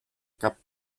cap